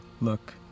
look